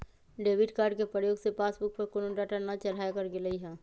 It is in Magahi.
डेबिट कार्ड के प्रयोग से पासबुक पर कोनो डाटा न चढ़ाएकर गेलइ ह